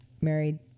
married